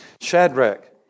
Shadrach